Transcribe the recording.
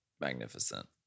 magnificent